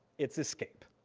it's escape.